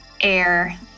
air